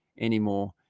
anymore